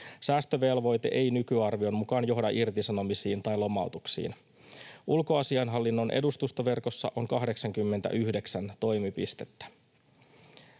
Säästövelvoite ei nykyarvion mukaan johda irtisanomisiin tai lomautuksiin. Ulkoasiainhallinnon edustustoverkossa on 89 toimipistettä.